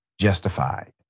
justified